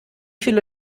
viele